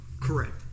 correct